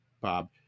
Bob